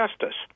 Justice